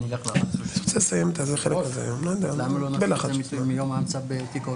נוכחים --- לא מיום פתיחת התיק